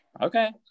Okay